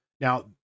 now